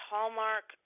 Hallmark